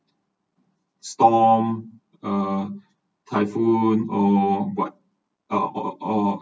storm uh typhoon or what uh or or